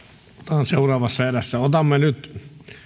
otetaan seuraavassa erässä otamme nyt